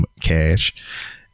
cash